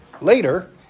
later